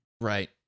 Right